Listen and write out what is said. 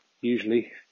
usually